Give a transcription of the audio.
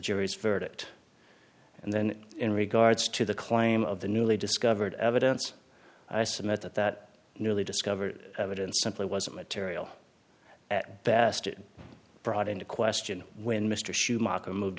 jury's verdict and then in regards to the claim of the newly discovered evidence i submit that that newly discovered evidence simply wasn't material at best it brought into question when mr schumacher moved